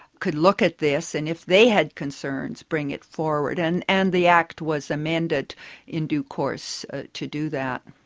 could look at this, and if they had concerns bring it forward. and and the act was amended in due course to do that.